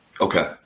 Okay